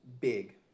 big